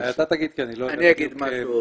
אני אגיד מה זה יותר.